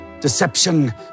deception